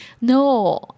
no